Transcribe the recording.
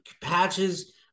patches